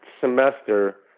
semester